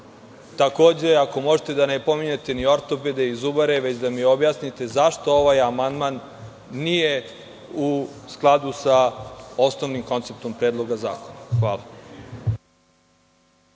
Takođe, ako možete da ne pominjete ni ortopede i zubare, već da mi objasnite zašto ovaj amandman nije u skladu sa osnovnim konceptom predloga zakona. Hvala.